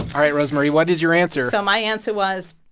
all right, rosemarie. what is your answer? so my answer was,